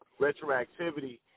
retroactivity